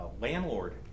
landlord